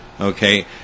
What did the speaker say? okay